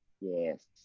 Yes